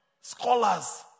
scholars